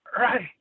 Right